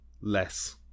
less